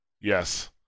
yes